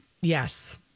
Yes